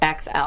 XL